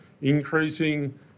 increasing